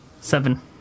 seven